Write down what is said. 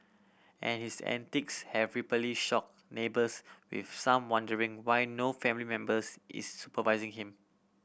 and his antics have repeatedly shocked neighbours with some wondering why no family members is supervising him